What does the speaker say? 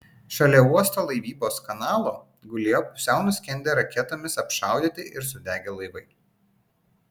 šalia uosto laivybos kanalo gulėjo pusiau nuskendę raketomis apšaudyti ir sudegę laivai